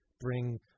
bring